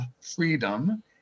freedom